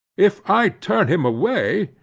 if i turn him away,